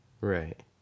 Right